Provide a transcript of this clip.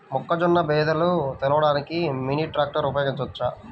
మొక్కజొన్న బోదెలు తోలడానికి మినీ ట్రాక్టర్ ఉపయోగించవచ్చా?